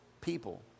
people